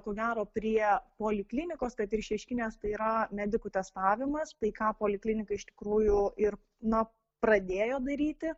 ko gero prie poliklinikos kad ir šeškinės tai yra medikų testavimas tai ką poliklinika iš tikrųjų ir na pradėjo daryti